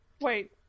Wait